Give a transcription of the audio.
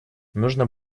нужно